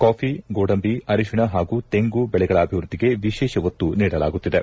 coffee ಗೋಡಂಬಿ ಅರಶಿಣ ಹಾಗೂ ತೆಂಗು ಬೆಳೆಗಳ ಅಭಿವೃದ್ಧಿಗೆ ವಿಶೇಷ ಒತ್ತು ನೀಡಲಾಗುತ್ತಿದೆ